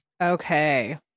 Okay